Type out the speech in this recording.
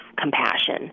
compassion